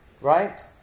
right